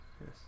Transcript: Yes